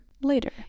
later